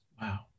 Wow